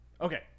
Okay